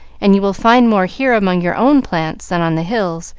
and you will find more here among your own plants, than on the hills,